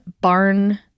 barn